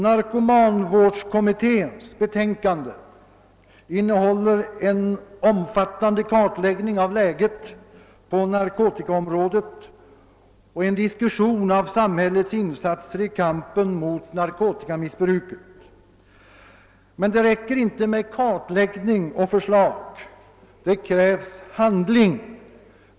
Narkomanvårdskommitténs betänkande innehåller en omfattande kartläggning av läget på narkotikaområdet och en diskussion av samhällets insatser i kampen mot narkotikamissbruket. Men det räcker inte med kartläggning och förslag, det krävs handling.